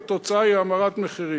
התוצאה היא האמרת מחירים.